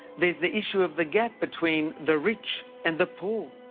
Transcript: there's the issue of the gap between the rich and the poor.